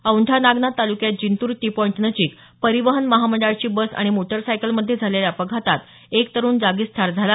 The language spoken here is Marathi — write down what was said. औेंढा नागनाथ तालुक्यात जिंतूर टी पाईंट नजीक परिवहन महामंडळाची बस आणि मोटारसायकमध्ये झालेल्या अपघातात एक तरूण जागीच ठार झाला